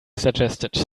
suggested